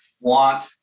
want